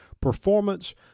performance